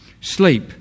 sleep